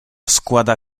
squadra